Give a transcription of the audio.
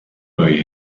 boy